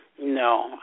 No